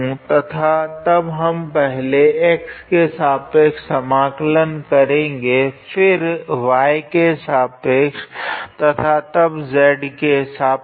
तथा तब पहले हम x के सापेक्ष समाकलन करेगे फिर y के सापेक्ष तथा तब z के सापेक्ष